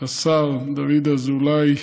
השר דוד אזולאי,